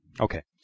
Okay